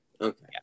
Okay